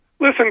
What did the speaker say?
Listen